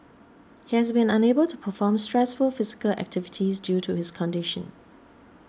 he has been unable to perform stressful physical activities due to his condition